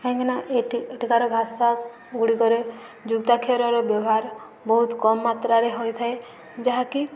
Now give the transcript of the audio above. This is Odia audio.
କାହିଁକି ନା ଏଠି ଏଠିକାର ଭାଷା ଗୁଡ଼ିକରେ ଯୁକ୍ତାକ୍ଷରର ବ୍ୟବହାର ବହୁତ କମ୍ ମାତ୍ରାରେ ହୋଇଥାଏ ଯାହାକି